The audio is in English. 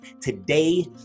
today